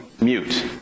mute